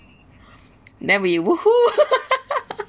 then we !woohoo!